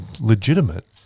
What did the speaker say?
legitimate